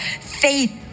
Faith